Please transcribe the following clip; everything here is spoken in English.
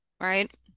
right